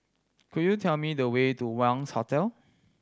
could you tell me the way to Wangz Hotel